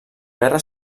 guerra